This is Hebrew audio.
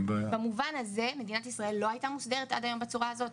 במובן הזה מדינת ישראל לא הייתה מוסדרת עד היום בצורה הזאת,